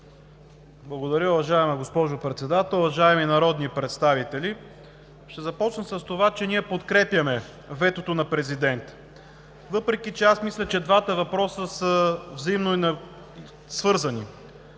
Благодаря, уважаема госпожо Председател. Уважаеми народни представители! Ще започна с това, че ние подкрепяме ветото на Президента. Въпреки това мисля, че двата въпроса са взаимно свързани,